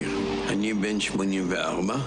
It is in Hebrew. (הקרנת סרטון) תודה לארגון לתת על העדות החשובה הזו.